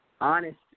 honest